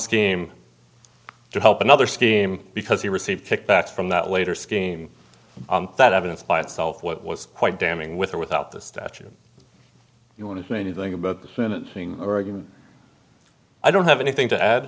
scheme to help another scheme because he received kickbacks from that later scheme that evidence by itself what was quite damning with or without the statute you want to know anything about the senate oregon i don't have anything to add